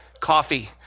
Coffee